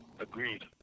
Agreed